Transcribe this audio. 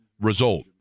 result